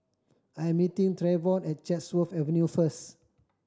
I 'm meeting Travon at Chatsworth Avenue first